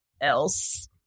else